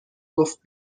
گفت